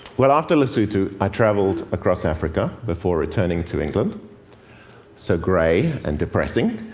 well, after lesotho, i traveled across africa before returning to england so gray and depressing,